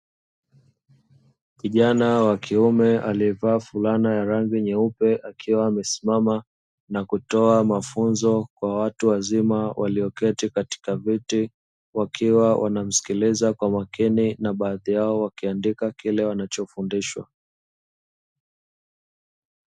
Kijana wa kiume aliyevaa fulana ya rangi nyeupe akiwa amesimama na kutoa mafunzo kwa watu wazima walioketi katika viti, wakiwa wanamsikiliza kwa makini na baadhi yao wakiandika kile wanachofundishwa.